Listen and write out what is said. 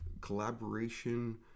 collaboration